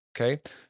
Okay